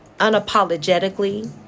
unapologetically